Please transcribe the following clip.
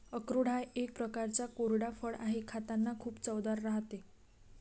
अक्रोड हा एक प्रकारचा कोरडा फळ आहे, खातांना खूप चवदार राहते